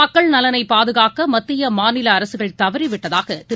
மக்கள் நலனைபாதுகாக்கமத்தியமாநிலஅரசுகள் தவறிவிட்டதாகதிரு